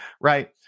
right